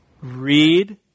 Read